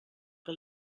que